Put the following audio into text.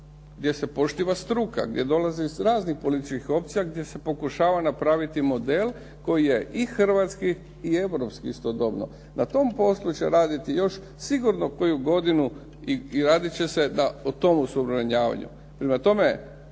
gdje se poštuje struka, gdje dolaze iz raznih političkih opcija, gdje se pokušava napraviti model koji je i hrvatski i europski istodobno. Na tom poslu će raditi još sigurno koju godinu i radit će se da o tom osuvremenjavanju. Prema tome,